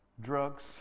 drugs